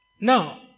Now